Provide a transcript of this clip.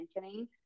mentioning